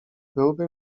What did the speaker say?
byłby